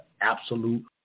absolute